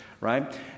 Right